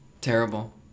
terrible